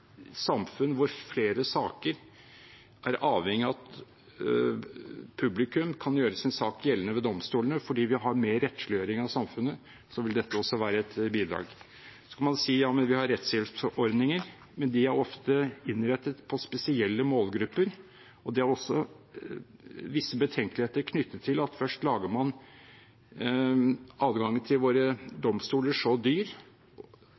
samfunn hvor flere saker er avhengige av at publikum kan gjøre sin sak gjeldende ved domstolene fordi vi har mer rettsliggjøring av samfunnet, også være et bidrag. Man kan si at vi har rettshjelpsordninger, men de er ofte innrettet mot spesielle målgrupper. Det er også visse betenkeligheter knyttet til at man først lager adgangen til våre domstoler så dyr